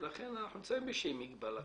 ולכן אנחנו נמצאים באיזושהי מגבלה כרגע.